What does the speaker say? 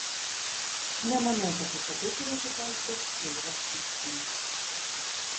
nemanau kad visa tai turėtų kelti kreivą šypsnį